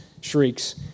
shrieks